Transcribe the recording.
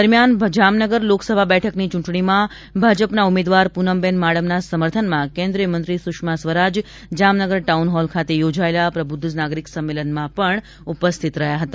દરમિયાન જામનગર લોકસભા બેઠકની ચૂંટણીમાં ભાજપના ઉમેદવાર પૂનમબેન માડમના સમર્થનમાં કેન્દ્રીય મંત્ર સુષ્મા સ્વરાજ જામનગર ટાઉન હોલ ખાતે યોજાયેલા પ્રબુદ્ધ નાગરિક સંમેલનમાં ઉપસ્થિત રહ્યા હતા